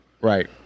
Right